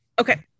Okay